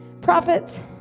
prophets